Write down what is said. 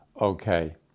Okay